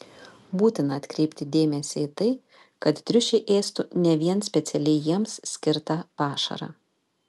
būtina atkreipti dėmesį į tai kad triušiai ėstų ne vien specialiai jiems skirtą pašarą